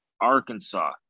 Arkansas